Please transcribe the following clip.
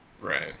right